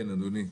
כן אדוני.